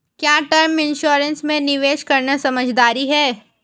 क्या term insurance में निवेश करना समझदारी है?